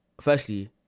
firstly